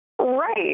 Right